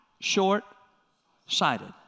short-sighted